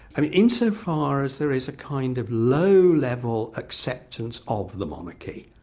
and insofar as there is a kind of low-level acceptance of the monarchy,